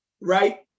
right